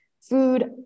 food